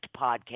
podcast